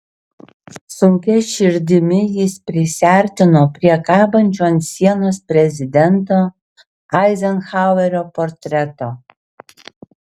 sunkia širdimi jis prisiartino prie kabančio ant sienos prezidento eizenhauerio portreto